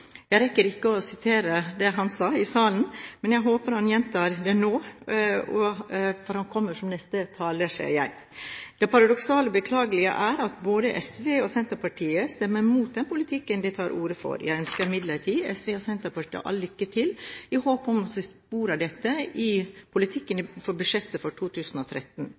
Jeg rekker ikke å sitere det han sa i salen, men jeg håper han gjentar det nå, for han kommer som neste taler, ser jeg. Det paradoksale og beklagelige er at både SV og Senterpartiet stemmer imot den politikken de tar til orde for. Jeg ønsker imidlertid SV og Senterpartiet all mulig lykke til i håp om å se spor av dette i politikken i budsjettet for 2013.